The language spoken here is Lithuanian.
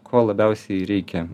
ko labiausiai reikia